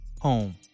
home